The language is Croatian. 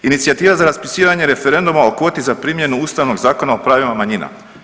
Inicijativa za raspisivanje referenduma o kvoti za primjenu Ustavnog zakona o pravima manjina.